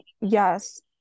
Yes